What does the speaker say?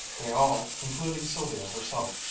they all, including sylvia herself,